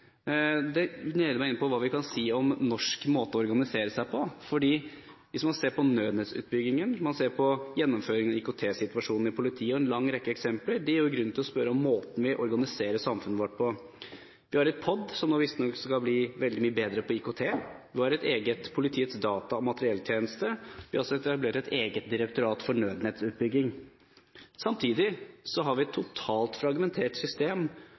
Det fører meg inn på hva vi kan si om norsk måte å organisere seg på. Når man ser på nødnettutbyggingen og gjennomføringen av IKT-prosessen i politiet og en lang rekke andre eksempler, gir det grunn til å sette spørsmålstegn ved måten vi organiserer samfunnet vårt på. Vi har et POD som visstnok skal bli mye bedre på IKT. Vi har et eget politiets data- og materielltjeneste. Vi har også etablert et eget direktorat for nødnettutbygging. Samtidig har vi et totalt fragmentert system